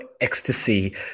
ecstasy